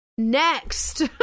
Next